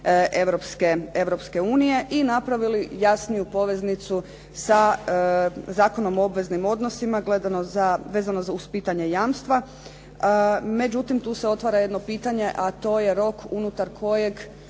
Europske unije i napravili jasniju poveznicu sa Zakonom o obveznim odnosima vezano uz pitanje jamstva. Međutim, tu se otvara jedno pitanje, a to je rok unutar kojeg